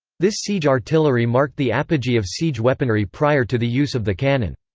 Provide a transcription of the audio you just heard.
this siege artillery marked the apogee of siege weaponry prior to the use of the cannon.